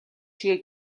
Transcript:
шигээ